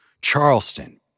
Charleston